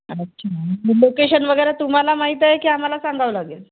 अच्छा लोकेशन वगैरे तुम्हाला माहीत आहे की आम्हाला सांगावं लागेल